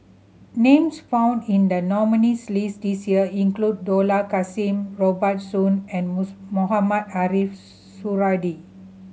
names found in the nominees' list this year include Dollah Kassim Robert Soon and Mohamed Ariff Suradi